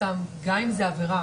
אדם מאבד את עבודתו השוטפת.